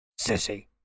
Sissy